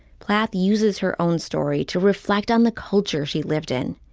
plath uses her own story to reflect on the culture she lived in.